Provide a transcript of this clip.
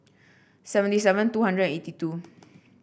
seventy seven two hundred eighty two